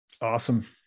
Awesome